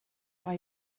are